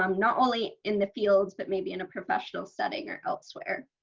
um not only in the fields, but maybe in a professional setting or elsewhere.